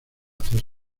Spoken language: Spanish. hacer